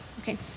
Okay